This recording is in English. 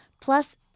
plus